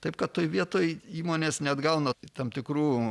taip kad toj vietoj įmonės neatgauna tam tikrų